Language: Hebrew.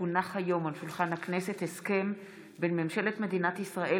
כי הונח היום על שולחן הכנסת הסכם בין ממשלת מדינת ישראל